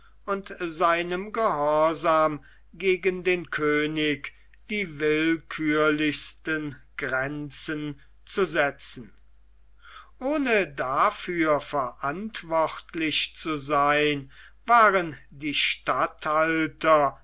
und seinem gehorsam gegen den könig die willkürlichsten grenzen zu setzen ohne dafür verantwortlich zu sein waren die statthalter